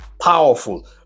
Powerful